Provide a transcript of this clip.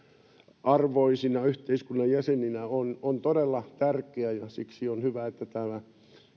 täysiarvoisina yhteiskunnan jäseninä on on todella tärkeää siksi on hyvä että tämä